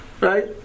right